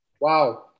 Wow